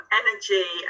energy